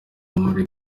muri